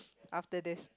after this